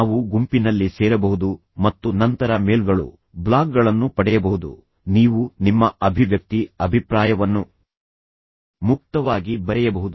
ನಾವು ಗುಂಪಿನಲ್ಲಿ ಸೇರಬಹುದು ಮತ್ತು ನಂತರ ಮೇಲ್ಗಳು ಬ್ಲಾಗ್ಗಳನ್ನು ಪಡೆಯಬಹುದು ನೀವು ನಿಮ್ಮ ಅಭಿವ್ಯಕ್ತಿ ಅಭಿಪ್ರಾಯವನ್ನು ಮುಕ್ತವಾಗಿ ಬರೆಯಬಹುದು